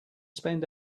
spend